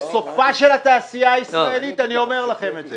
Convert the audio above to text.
זה סופה של תעשייה הישראלית, אני אומר לכם את זה.